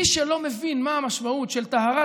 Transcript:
מי שלא מבין מה המשמעות של טהרת